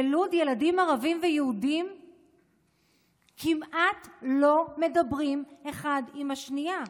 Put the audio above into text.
בלוד ילדים ערבים ויהודים כמעט לא מדברים אחד עם השנייה.